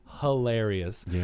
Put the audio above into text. hilarious